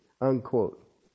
Unquote